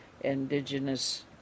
indigenous